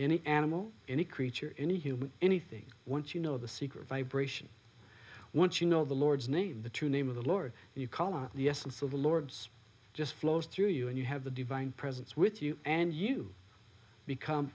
any animal any creature any human anything once you know the secret vibration once you know the lord's name the true name of the lord you call on the essence of the lord's just flows through you and you have the divine presence with you and you become